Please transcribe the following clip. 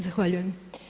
Zahvaljujem.